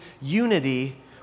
unity